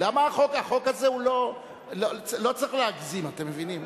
לא צריך להגזים, אתם מבינים.